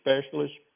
specialists